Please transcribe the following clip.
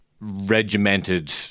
regimented